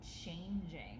changing